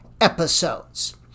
episodes